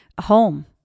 home